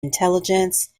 intelligence